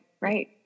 Right